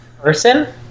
person